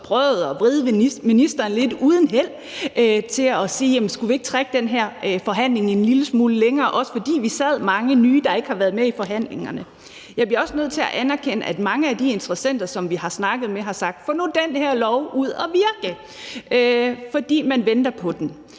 har prøvet at vride ministeren lidt, uden held, til at sige: Skulle vi ikke trække den her forhandling en lille smule længere? Også fordi vi sad mange nye, der ikke har været med i forhandlingerne. Jeg bliver også nødt til at anerkende, at mange af de interessenter, som vi har snakket med, har sagt: Få nu den her lov ud og virke! For man venter på den.